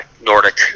nordic